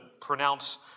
pronounce